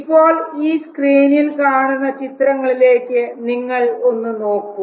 ഇപ്പോൾ ഈ സ്ക്രീനിൽ കാണുന്ന ചിത്രങ്ങളിലേക്ക് നിങ്ങൾ ഒന്നു നോക്കൂ